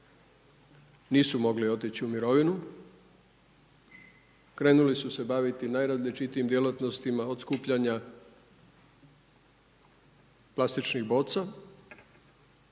nisu mogli otići u mirovinu, krenuli su se baviti najrazličitijim djelatnostima od skupljanja plastičnih boca,